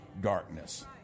darkness